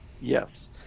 yes